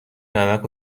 نمک